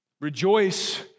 Rejoice